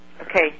Okay